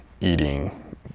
eating